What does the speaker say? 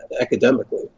academically